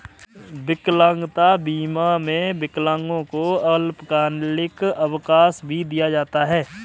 विकलांगता बीमा में विकलांगों को अल्पकालिक अवकाश भी दिया जाता है